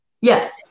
Yes